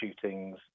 shootings